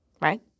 right